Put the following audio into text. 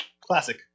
Classic